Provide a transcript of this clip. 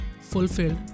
fulfilled